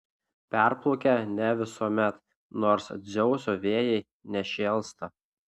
perplaukia ne visuomet nors dzeuso vėjai nešėlsta